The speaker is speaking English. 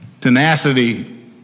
tenacity